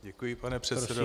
Děkuji, pane předsedo.